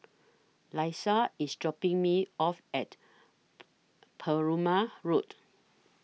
Laisha IS dropping Me off At Perumal Road